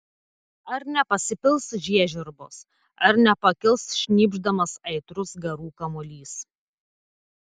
ar nepasipils žiežirbos ar nepakils šnypšdamas aitrus garų kamuolys